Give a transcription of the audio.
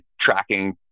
tracking